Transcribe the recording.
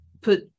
put